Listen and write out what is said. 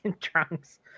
trunks